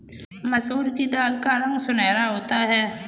मसूर की दाल का रंग सुनहरा होता है